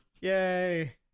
Yay